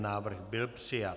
Návrh byl přijat.